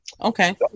Okay